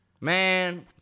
Man